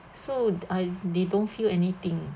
so I they don't feel anything